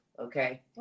okay